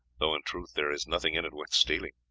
though in truth there is nothing in it worth stealing.